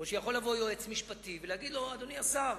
או שיכול לבוא יועץ משפטי ולהגיד לו: אדוני השר,